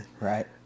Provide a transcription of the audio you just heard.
Right